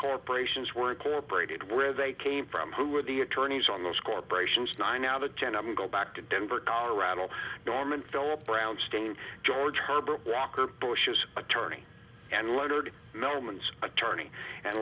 corporations were incorporated where they came from who were the attorneys on those corporations nine out of ten i'm go back to denver colorado norman philip brown stain george herbert walker bush is attorney and leonard norman's attorney and